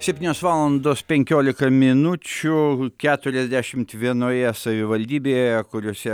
septynios valandos penkiolika minučių keturiasdešimt vienoje savivaldybėje kuriose